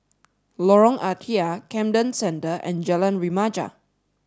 Lorong Ah Thia Camden Centre and Jalan Remaja